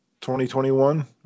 2021